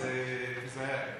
אז תיזהר.